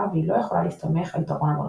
והיא לא יכולה להסתמך על יתרון המונופול.